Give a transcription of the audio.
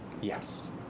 Yes